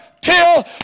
till